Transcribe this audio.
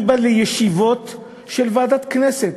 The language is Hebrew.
אני בא לישיבות של ועדת כנסת,